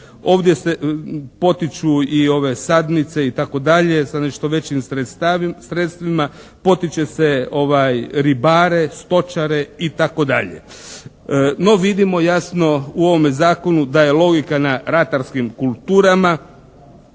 Ovdje se potiču i ove sadnice itd., sa nešto većim sredstvima, potiče se ribare, stočare itd. No vidimo jasno u ovome zakonu da je logika na ratarskim kulturama.